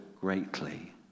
greatly